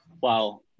wow